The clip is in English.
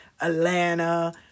Atlanta